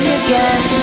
again